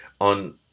on